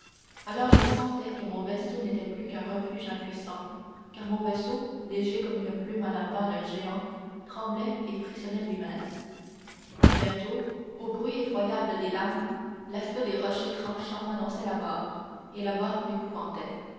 alors je sentais que mon vaisseau n'était plus qu'un refuge impuissant car mon vaisseau léger comme une plume à la main d'un géant tremblait et frissonnait lui-même bientôt au bruit effroyable des lames l'aspect des rochers tranchants m'annonçait la mort et la mort m'épouvantait